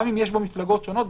גם אם יש בו מפלגות שונות,